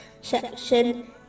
SECTION